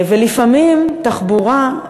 לפעמים תחבורה,